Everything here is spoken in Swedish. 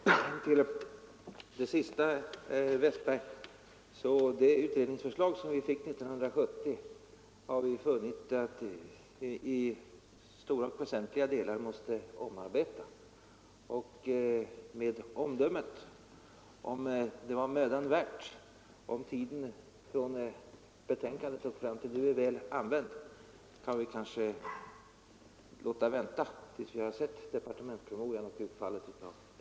Herr talman! Med anledning av det som herr Westberg i Ljusdal sist sade vill jag framhålla, att vi funnit att det utredningsförslag som vi fick 1970 i stora och väsentliga delar måste omarbetas. Omdömet om huruvida tiden från avlämnandet av betänkandet och fram till nu varit väl använd kan vi kanske låta vänta tills vi har sett innehållet i departementspromemorian.